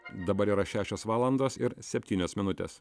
dabar yra šešios valandos ir septynios minutės